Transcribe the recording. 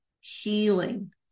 healing